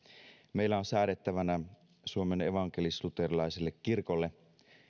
meillä on säädettävänä suomen evankelisluterilaiselle kirkolle